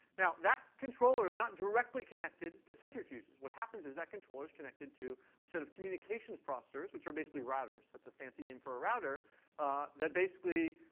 now, that controller is not directly connected to centrifuges. what happens is that controller is connected to a set of communications processors, which are basically routers. that's a fancy name for a router that basically